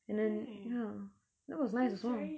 and then ya tht was nice also